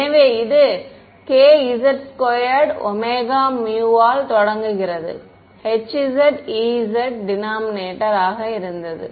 எனவே இது kz2ωμ ஆல் தொடங்குகிறது hz ez டினாமினேட்டர் ஆக இருந்தது